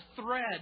thread